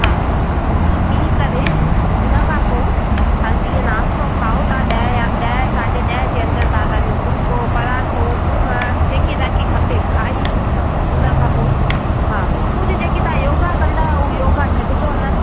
हा ही पी करे हुन खां पोइ तव्हां जीअं नाश्तो खाओ था ॾह या ॾह साढे ॾह जे अंदरि तव्हां तव्हांजो फुल्को परांठो मुङ जेको बि तव्हांखे खपे खाई हुन खां पोइ हा सुबुह जी जेकी तव्हां योगा कंदा आहियो उहा योगा छॾिजो न